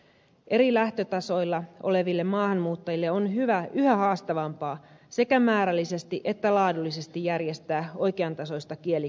eri lähtötasoilla oleville maahanmuuttajille on yhä haastavampaa sekä määrällisesti että laadullisesti järjestää oikeantasoista kielikoulutusta